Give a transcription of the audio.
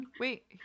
wait